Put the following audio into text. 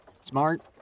smart